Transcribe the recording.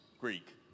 Greek